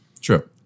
Sure